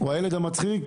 הוא הילד המצחיק,